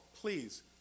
please